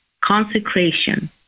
consecration